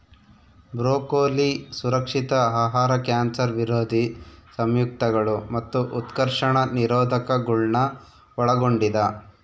broccoli ಸುರಕ್ಷಿತ ಆಹಾರ cancer ವಿರೋಧಿ ಸಂಯುಕ್ತಗಳು ಮತ್ತು ಉತ್ಕರ್ಷಣ ನಿರೋಧಕಗುಳ್ನ ಒಳಗೊಂಡಿದ